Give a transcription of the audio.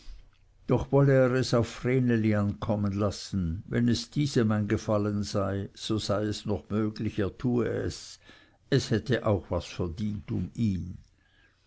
doch wolle er es auf vreneli an kommen lassen wenn es diesem ein gefallen sei so sei noch möglich er tue es es hätte auch was verdient um ihn